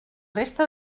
resta